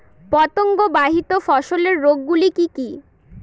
পতঙ্গবাহিত ফসলের রোগ গুলি কি কি?